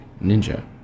Ninja